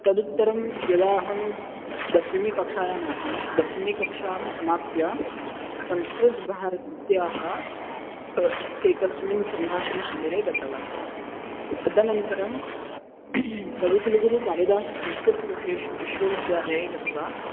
तदुत्तरं यदाहं दशमकक्षायाम् आसं दशमकक्षां समाप्य संस्कृतभारत्याः एकस्मिन् सम्भाषणशिबिरे गतवान् तदनन्तरं कविकुलुगुरुकालिदाशसंस्कृतविशेषः विश्वविद्यालये गत्वा